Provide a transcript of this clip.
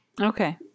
Okay